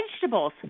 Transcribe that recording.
Vegetables